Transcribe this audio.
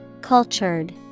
Cultured